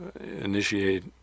initiate